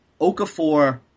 Okafor